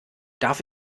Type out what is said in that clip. darf